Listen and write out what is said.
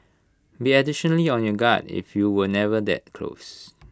be additionally on your guard if you were never that close